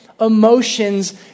emotions